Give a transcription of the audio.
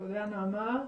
תודה, נעמה.